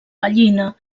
gallina